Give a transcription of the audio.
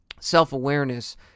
self-awareness